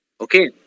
Okay